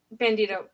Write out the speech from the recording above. Bandito